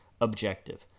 objective